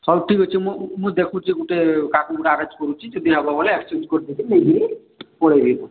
ହଉ ଠିକ୍ ଅଛି ମୁଁ ମୁଁ ଦେଖୁଛି ଗୁଟେ କାହା ଠୁ ଗୁଟେ ଆରେଞ୍ଜ କରୁଛି ଯଦି ହେବ ବୋଲେ ଏକ୍ସଚେଞ୍ଜ କରିଦେବି ନେଇଯିବି ପଳାଇବି